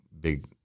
big